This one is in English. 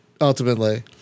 ultimately